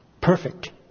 perfect